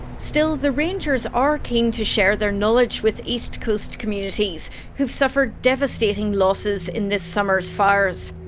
still, the rangers are keen to share their knowledge with east coast communities who have suffered devastating losses in this summer's fires.